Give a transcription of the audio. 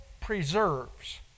preserves